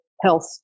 health